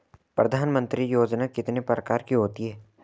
प्रधानमंत्री योजना कितने प्रकार की होती है?